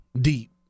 deep